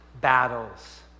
battles